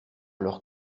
leur